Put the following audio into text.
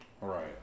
Right